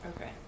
Okay